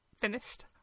finished